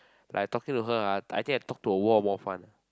like talking to her I think I talk to a wall more fun ah